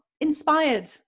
inspired